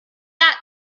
that